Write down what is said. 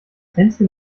hänschen